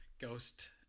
ghost